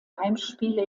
heimspiele